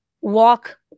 walk